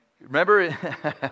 Remember